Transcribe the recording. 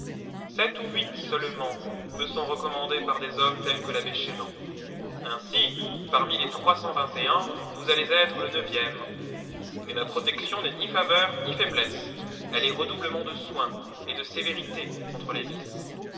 sept ou huit seulement me sont recommandés par des hommes tels que l'abbé chélan ainsi parmi les trois cent vingt et un vous allez être le neuvième mais ma protection n'est ni faveur ni faiblesse elle est redoublement de soins et de sévérité contré les vices